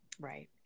Right